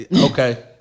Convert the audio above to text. Okay